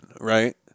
right